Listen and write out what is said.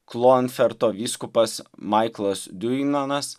klonferto vyskupas maiklas diuinanas